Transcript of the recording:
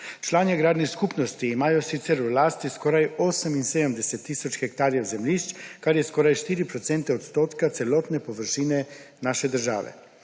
Člani agrarnih skupnosti imajo sicer v lasti skoraj 78 tisoč hektarjev zemljišč, kar je skoraj 4 % celotne površine naše države.